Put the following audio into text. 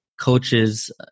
coaches